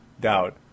doubt